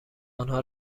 آنها